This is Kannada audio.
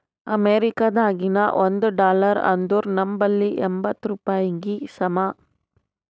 ಅಮೇರಿಕಾದಾಗಿನ ಒಂದ್ ಡಾಲರ್ ಅಂದುರ್ ನಂಬಲ್ಲಿ ಎಂಬತ್ತ್ ರೂಪಾಯಿಗಿ ಸಮ